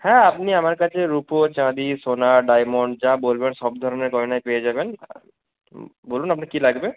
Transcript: হ্যাঁ আপনি আমার কাছে রুপো চাঁদি সোনা ডায়মন্ড যা বলবেন সব ধরনের গয়নাই পেয়ে যাবেন বলুন আপনার কী লাগবে